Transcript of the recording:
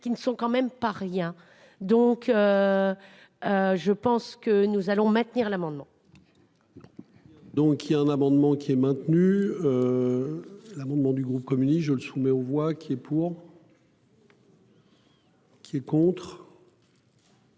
qui ne sont quand même pas rien donc. Je pense que nous allons maintenir l'amendement.-- Donc il y a un amendement qui est maintenu. L'amendement du groupe communiste, je le soumets aux voix qui est pour.-- Qui est contre.--